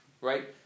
right